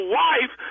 wife